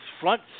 front